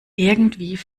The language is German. irgendwie